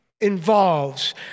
involves